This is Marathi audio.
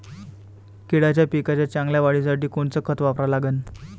केळाच्या पिकाच्या चांगल्या वाढीसाठी कोनचं खत वापरा लागन?